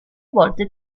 volte